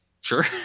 Sure